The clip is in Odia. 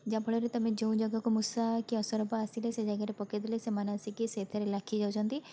ଯାହା ଫଳରେ ତୁମେ ଯେଉଁ ଜାଗାକୁ ମୂଷା କି ଅସରପା ଆସିଲେ ସେଇ ଜାଗାରେ ପକାଇ ଦେଲେ ସେମାନେ ଆସିକି ସେଇଥିରେ ଲାଖି ଯାଉଛନ୍ତି